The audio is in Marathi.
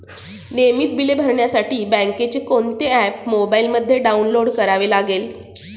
नियमित बिले भरण्यासाठी बँकेचे कोणते ऍप मोबाइलमध्ये डाऊनलोड करावे लागेल?